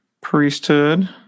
priesthood